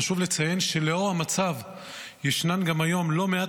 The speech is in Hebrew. חשוב לציין שלנוכח המצב ישנן גם היום לא מעט